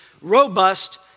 robust